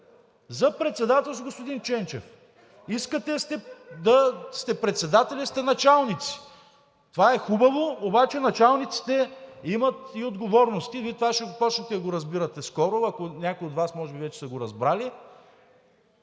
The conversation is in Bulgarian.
За председателство, господин Ченчев! Искате да сте председатели, да сте началници! Това е хубаво, обаче началниците имат и отговорности и Вие това ще започнете скоро да го разбирате, някои от Вас може би вече са го разбрали,